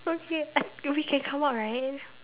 okay we can come out right